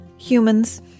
humans